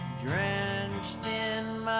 drenched in